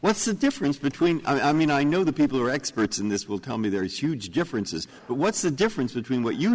what's the difference between i mean i know the people who are experts in this will tell me there's huge differences but what's the difference between what you